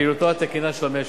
בפעילותו התקינה של המשק.